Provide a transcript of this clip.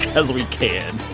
because we can